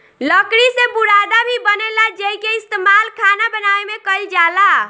लकड़ी से बुरादा भी बनेला जेइके इस्तमाल खाना बनावे में कईल जाला